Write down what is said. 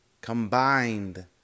Combined